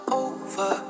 over